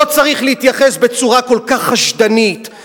לא צריך להתייחס בצורה כל כך חשדנית,